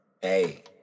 Hey